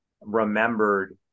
Remembered